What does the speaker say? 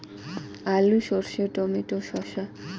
আলু সর্ষে টমেটো শসা